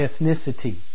ethnicity